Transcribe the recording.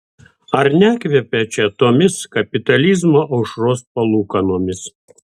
ar nekvepia čia tomis kapitalizmo aušros palūkanomis